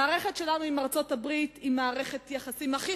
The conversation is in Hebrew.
מערכת היחסים שלנו עם ארצות-הברית היא